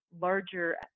larger